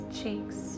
cheeks